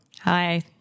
Hi